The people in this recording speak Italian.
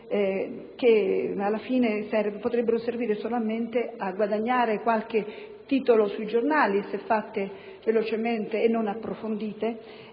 che alla fine potrebbero servire solamente a guadagnare qualche titolo sui giornali se normate velocemente e non approfondite;